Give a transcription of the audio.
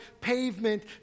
pavement